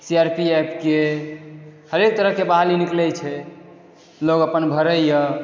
C R P एफके हरेक तरह के बहाली निकलय छै लोक अपन भरयए